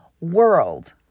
world